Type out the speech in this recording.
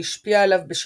שהשפיע עליו בשיטתו.